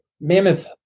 mammoth